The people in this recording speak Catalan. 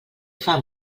fan